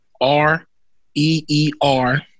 R-E-E-R